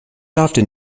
often